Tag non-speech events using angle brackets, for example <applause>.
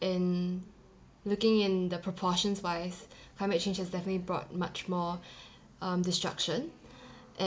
and looking in the proportions-wise climate change has definitely brought much more <breath> um destruction